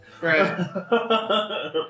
Right